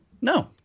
No